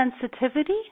sensitivity